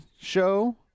show